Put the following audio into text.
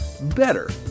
better